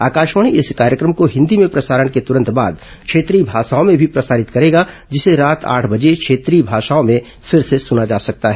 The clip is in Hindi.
आकाशवाणी इस कार्यक्रम को हिन्दी में प्रसारण के तुरंत बाद क्षेत्रीय भाषाओं में भी प्रसारित करेगा जिसे रात आठ बजे क्षेत्रीय भाषाओं में फिर से सुना जा सकता है